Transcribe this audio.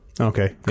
Okay